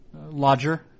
lodger